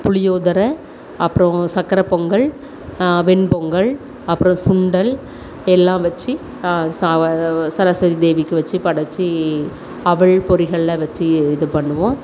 புளியோதரை அப்புறம் சர்க்கரை பொங்கல் வெண்பொங்கல் அப்புறம் சுண்டல் எல்லாம் வச்சு சரஸ்வதி தேவிக்கு வச்சு படைச்சி அவல் பொரிகள் எல்லாம் வச்சு இது பண்ணுவோம்